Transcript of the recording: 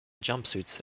jumpsuits